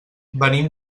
venim